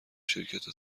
شرکت